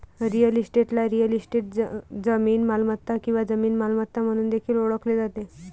real इस्टेटला real estate, जमीन मालमत्ता किंवा जमीन मालमत्ता म्हणून देखील ओळखले जाते